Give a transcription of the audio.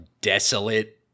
desolate